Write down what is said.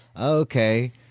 Okay